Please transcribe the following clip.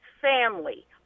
family